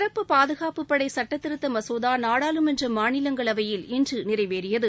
சிறப்பு பாதுகாப்புப் படை சட்ட திருத்த மசோதா நாடாளுமன்ற மாநிலங்களவையில் இன்று நிறைவேறியது